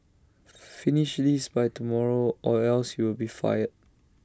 finish this by tomorrow or else you'll be fired